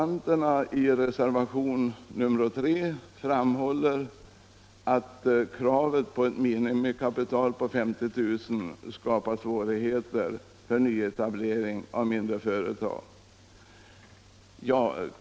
I reservationen 3 framhålles att kravet på ett minimikapital på 50 000 kr. skapar svårigheter för nyetablering av mindre företag.